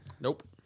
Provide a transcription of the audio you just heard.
Nope